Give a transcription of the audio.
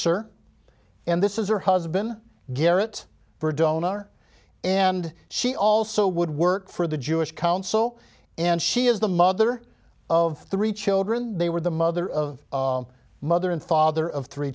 or and this is her husband garrett for a donor and she also would work for the jewish council and she is the mother of three children they were the mother of a mother and father of three